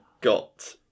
got